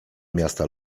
miasta